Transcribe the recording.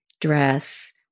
dress